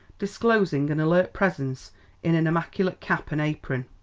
disclosing an alert presence in an immaculate cap and apron.